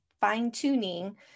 fine-tuning